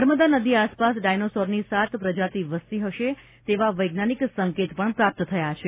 નર્મદા નદી આસપાસ ડાયનાસોરની સાત પ્રજાતિ વસતી હશે તેવા વૈજ્ઞાનિક સંકેત પણ પ્રાપ્ત થાય છે